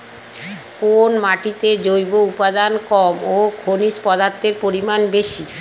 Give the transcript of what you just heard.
কোন মাটিতে জৈব উপাদান কম ও খনিজ পদার্থের পরিমাণ বেশি?